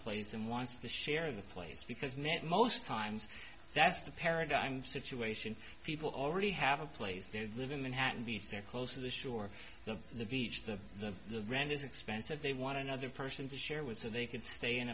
place and wants to share the place because met most times that's the paradigm situation people already have a place they live in manhattan beach they're close to the shore of the beach the the brand is expensive they want another person to share with so they can stay in